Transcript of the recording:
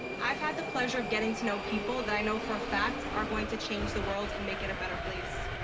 i've had the pleasure of getting to know people that i know for a fact are going to change the world and make it a better place.